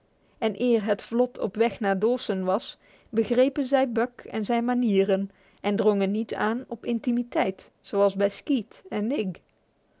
en eer het vlot op weg naar dawson was begrepen zij buck en zijn manieren en drongen niet aan op intimiteit zoals met skeet en nig